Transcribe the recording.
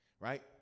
Right